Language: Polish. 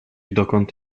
dokąd